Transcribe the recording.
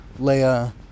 Leia